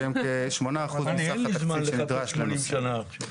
שהם כ-8% מסך התקציב שנדרש לנושא.